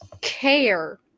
care